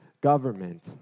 government